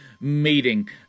meeting